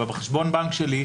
אבל בחשבון בנק שלי,